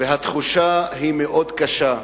והתחושה היא מאוד קשה,